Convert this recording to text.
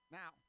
now